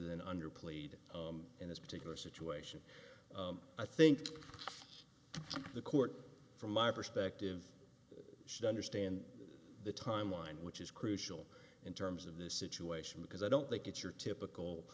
than under plead in this particular situation i think the court from my perspective should understand the timeline which is crucial in terms of this situation because i don't think it's your typical